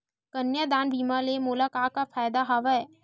कन्यादान बीमा ले मोला का का फ़ायदा हवय?